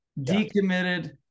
decommitted